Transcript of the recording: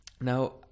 Now